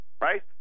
Right